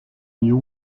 new